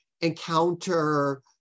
encounter